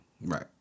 Right